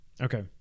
Okay